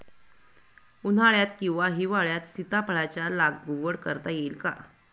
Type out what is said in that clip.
उन्हाळ्यात किंवा हिवाळ्यात सीताफळाच्या लागवड करता येईल का?